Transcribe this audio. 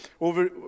over